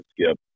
Skip